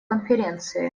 конференции